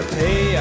pay